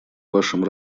вашем